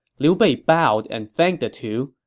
liu bei bowed and thanked the two,